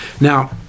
Now